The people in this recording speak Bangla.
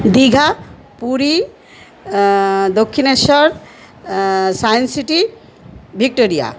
Digha Puri Dakshineswar science city Victoria